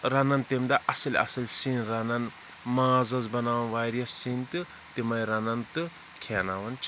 رَنان تیٚمہِ دۄہ اَصٕلۍ اَصٕلۍ سِنۍ رَنان مازَس بَناوان واریاہ سِنۍ تہٕ تِمَے رَنان تہٕ کھیناوان چھِ